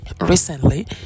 Recently